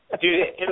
Dude